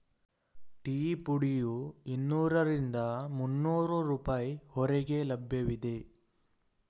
tea ಪುಡಿಯು ಇನ್ನೂರರಿಂದ ಮುನ್ನೋರು ರೂಪಾಯಿ ಹೊರಗೆ ಲಭ್ಯವಿದೆ